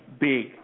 big